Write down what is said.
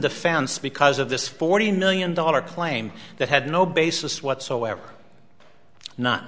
defense because of this forty million dollar claim that had no basis whatsoever n